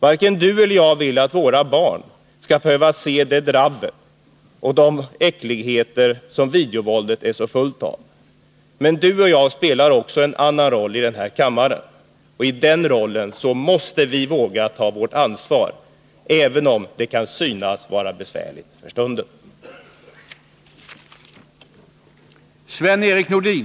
Varken du eller jag vill att våra barn skall behöva se det dravel och de äckligheter som videovåldet är så fullt av. Men du och jag spelar också en annan roll i den här kammaren, och i den rollen måste vi våga ta vårt ansvar, även om det kan synas vara besvärligt för stunden.